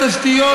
בתשתיות,